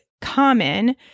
common